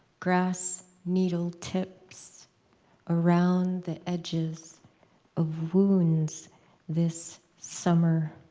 grass needle tips around the edges of wounds this summer.